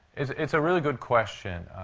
it's it's a really good question.